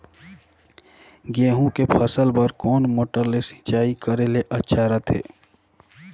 गहूं के फसल बार कोन मोटर ले सिंचाई करे ले अच्छा रथे?